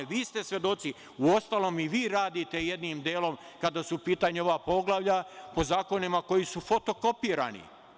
Vi ste svedoci, uostalom i vi radite, jednim delom, kada su u pitanju ova poglavlja, po zakonima koji su fotokopirani.